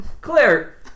Claire